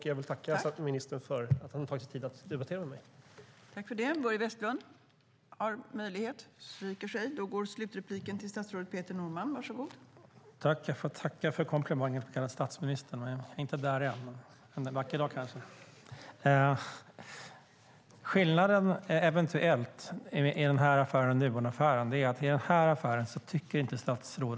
Jag vill tacka statsministern för att han faktiskt tog sig tid att debattera med mig.